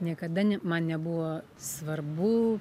niekada ne man nebuvo svarbu